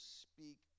speak